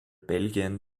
belgien